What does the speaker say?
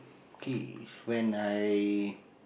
okay is when I